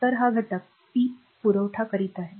तर हा घटक पी पुरवठा करीत आहे